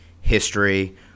history